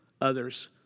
others